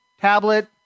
tablet